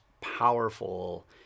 powerful